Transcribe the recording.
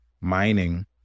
mining